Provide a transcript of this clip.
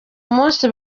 munsi